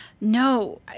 No